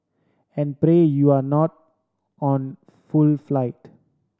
and pray you're not on full flight